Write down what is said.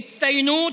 הצטיינות,